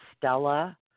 Stella